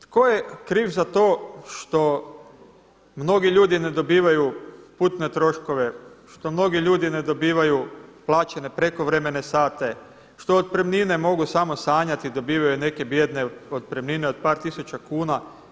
Tko je kriv za to što mnogi ljudi ne dobivaju putne troškove, što mnogi ljudi ne dobivaju plaćene prekovremene sate, što otpremnine mogu samo sanjati, dobivaju neke bijedne otpremnine od par tisuća kuna.